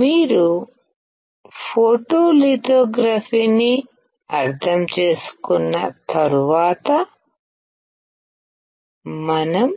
మీరు ఫోటోలిథోగ్రఫీని అర్థం చేసుకున్న తర్వాత మనం